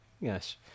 yes